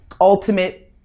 ultimate